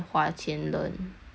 cause quite ex eh